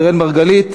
אראל מרגלית,